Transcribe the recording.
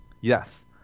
Yes